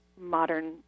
modern